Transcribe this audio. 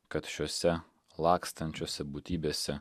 kad šiose lakstančiose būtybėse